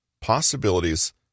possibilities